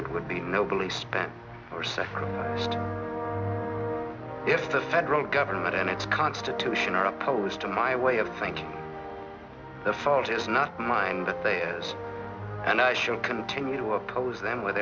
it would be no police spent or second if the federal government and its constitution are opposed to my way of thinking the fault is not mine that there is and i shall continue to oppose them with